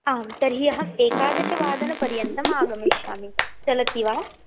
आं तर्हि अहम् एकादशवादनपर्यन्तम् आगमिष्यामि चलति वा